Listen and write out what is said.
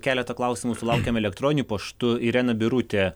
keletą klausimų sulaukėm elektroniniu paštu irena birutė